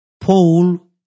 Paul